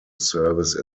service